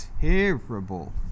terrible